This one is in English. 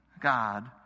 God